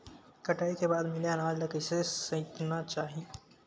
कटाई के बाद मिले अनाज ला कइसे संइतना चाही?